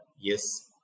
yes